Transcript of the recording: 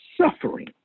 suffering